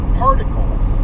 particles